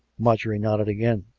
marjorie nodded again.